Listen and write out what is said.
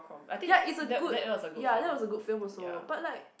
ya it's a good ya that was a good film also but like